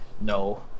no